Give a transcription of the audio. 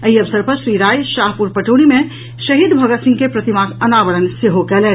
एहि अवसर पर श्री राय शाहपुर पटोरी मे शहीद भगत सिंह के प्रतिमाक अनावरण सेहो कयलनि